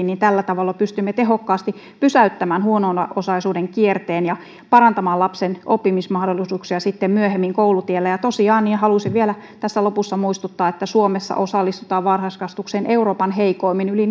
niin tällä tavalla pystymme tehokkaasti pysäyttämään huono osaisuuden kierteen ja parantamaan lapsen oppimismahdollisuuksia myöhemmin koulutiellä ja tosiaan halusin vielä tässä lopussa muistuttaa että suomessa osallistutaan varhaiskasvatukseen euroopan heikoimmin yli